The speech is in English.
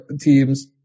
teams